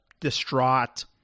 distraught